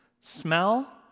Smell